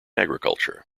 agriculture